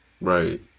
Right